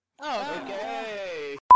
Okay